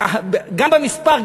גם במספר,